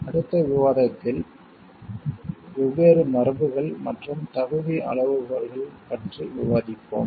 அடுத்த விவாதத்தில் வெவ்வேறு மரபுகள் மற்றும் தகுதி அளவுகோல்கள் பற்றி விவாதிப்போம்